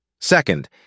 Second